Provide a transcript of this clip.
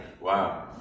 Wow